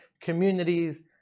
communities